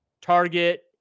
Target